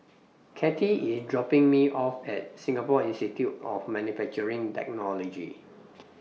Kathy IS dropping Me off At Singapore Institute of Manufacturing Technology